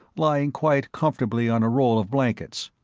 lying quite comfortably on a roll of blankets.